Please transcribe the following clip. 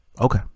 Okay